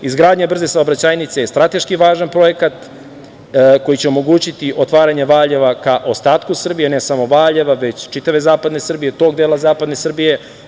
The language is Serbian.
Izgradnja brze saobraćajnice je strateški važan projekat koji će omogućiti otvaranje Valjeva ka ostatku Srbije, ne samo Valjeva, već čitave zapadne Srbije, tog dela zapadne Srbije.